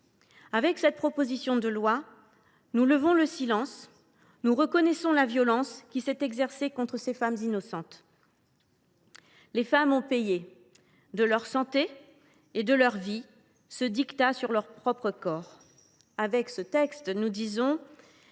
Avec cette proposition de loi, nous mettons fin à ce silence et nous reconnaissons la violence qui s’est exercée contre ces femmes innocentes. Les femmes ont payé de leur santé et de leur vie ce diktat sur leur propre corps. Avec ce texte, nous affirmons